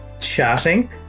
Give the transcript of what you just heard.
chatting